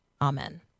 Amen